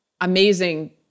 amazing